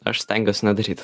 aš stengiuosi nedaryt